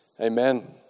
Amen